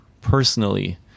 personally